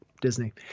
Disney